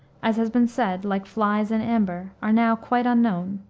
as has been said, like flies in amber, are now quite unknown.